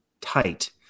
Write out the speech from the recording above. tight